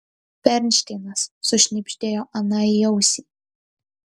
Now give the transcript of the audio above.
bernšteinas sušnibždėjo ana į ausį